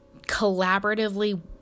collaboratively